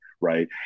right